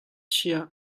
chia